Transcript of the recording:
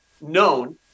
known